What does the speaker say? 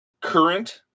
current